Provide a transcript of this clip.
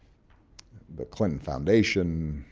the clinton foundation,